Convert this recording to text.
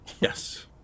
Yes